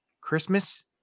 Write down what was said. Christmas